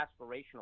aspirational